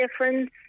difference